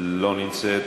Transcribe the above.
לא נמצאת.